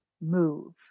move